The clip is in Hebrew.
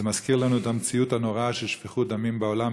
וזה מזכיר לנו את המציאות הנוראה של שפיכות דמים בעולם,